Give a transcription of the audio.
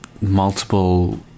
multiple